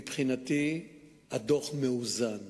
מבחינתי הדוח מאוזן.